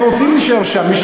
הם רוצים להישאר שם.